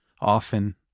often